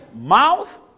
mouth